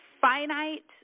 finite